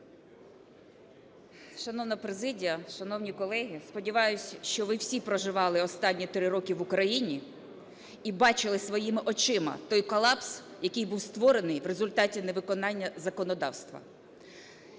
Шановна президія, шановні колеги! Сподіваюсь, що ви всі проживали останні 3 роки в Україні і бачили своїми очима той колапс, який був створений в результаті невиконання законодавства.